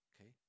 Okay